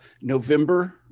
November